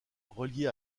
reliée